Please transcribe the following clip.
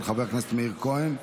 של חבר הכנסת מאיר כהן.